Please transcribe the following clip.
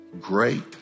great